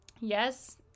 yes